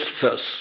first